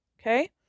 Okay